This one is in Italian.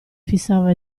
fissava